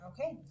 Okay